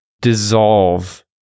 dissolve